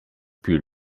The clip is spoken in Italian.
più